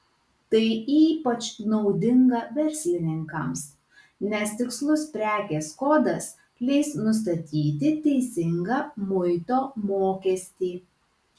tai ypač naudinga verslininkams nes tikslus prekės kodas leis nustatyti teisingą muito mokestį